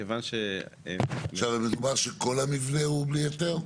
כיוון --- מדובר על זה שכל המבנה הוא בלי היתר?